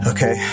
Okay